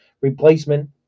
replacement